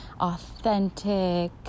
authentic